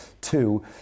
Two